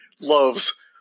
loves